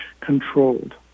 controlled